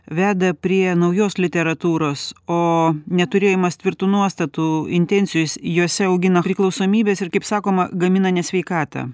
veda prie naujos literatūros o neturėjimas tvirtų nuostatų intencijų juose augina priklausomybes ir kaip sakoma gamina nesveikatą